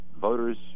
voters